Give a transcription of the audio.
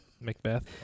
Macbeth